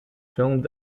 filmed